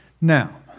Now